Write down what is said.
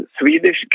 Swedish